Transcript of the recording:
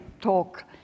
talk